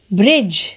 bridge